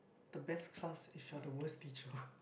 the best class if you are the worst teacher